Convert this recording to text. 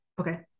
Okay